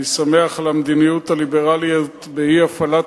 אני שמח על המדיניות הליברלית באי-הפעלת